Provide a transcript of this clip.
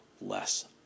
less